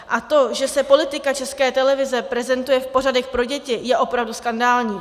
A to, že se politika České televize prezentuje v pořadech pro děti, je opravdu skandální.